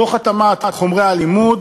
תוך התאמת חומרי הלימוד.